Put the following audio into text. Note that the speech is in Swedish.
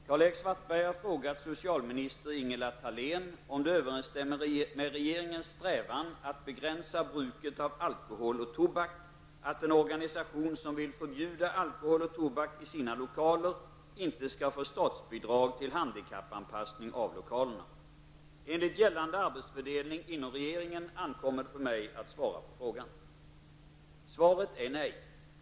Herr talman! Karl-Erik Svartberg har frågat socialminister Ingela Thalén om det överensstämmer med regeringens strävan att begränsa bruket av alkohol och tobak att en organisation som vill förbjuda alkohol och tobak i sina lokaler inte skall få statsbidrag till handikappanpassning av lokalerna. Enligt gällande arbetsfördelning inom regeringen ankommer det på mig att svara på frågan. Svaret är nej.